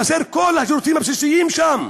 חסרים כל השירותים הבסיסיים שם.